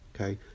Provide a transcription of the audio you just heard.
okay